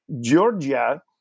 georgia